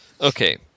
Okay